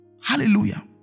Hallelujah